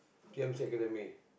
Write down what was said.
t_n_c academy